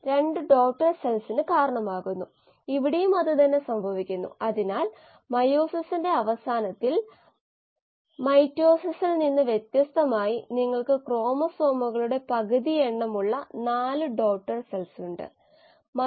സാധാരണയായി എക്സ്ട്രാസെല്ലുലാർ സ്പേസിൽ നൽകുന്ന ഗ്ലൂക്കോസ് മെംബറേൻ ഗ്ലൂക്കോസിനെ ട്രാൻസ്പോർട്ടറുകളിലൂടെ കോശങ്ങളിലേക്കു കൊണ്ടുപോകുന്നു തുടർന്ന് അത് എൻസൈമാറ്റിക് പ്രതികരണത്തിലൂടെ ഗ്ലൂക്കോസ് 6 ഫോസ്ഫേറ്റിലേക്ക് പരിവർത്തനം ചെയ്യപ്പെടുകയും മറ്റൊരു എൻസൈമാറ്റിക് പ്രതികരണത്തിലൂടെ 6 ഫോസ്ഫേറ്റ്0ഫ്രക്ടോസ് ആക്കുകയും ചെയ്യുന്നു